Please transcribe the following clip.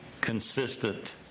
consistent